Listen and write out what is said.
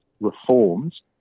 reforms